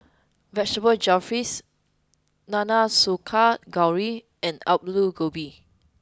vegetable Jalfrezi Nanakusa gayu and Alu Gobi